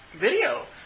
video